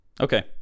Okay